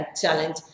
challenge